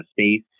space